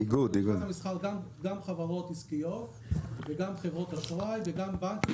לשכות המסחר הם גם חברות עסקיות וגם חברות אשראי וגם בנקים